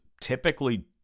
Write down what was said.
typically